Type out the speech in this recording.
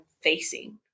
facing